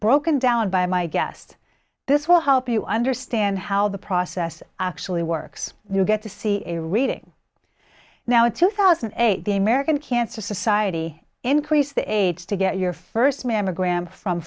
broken down by my guest this will help you understand how the process actually works and you get to see a reading now in two thousand and eight the american cancer society increased the aids to get your first mammogram from